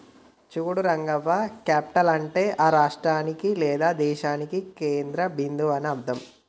చూడు రంగవ్వ క్యాపిటల్ అంటే ఆ రాష్ట్రానికి లేదా దేశానికి కేంద్ర బిందువు అని అర్థం